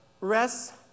rest